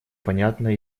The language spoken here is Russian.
понятно